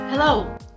Hello